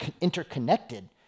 interconnected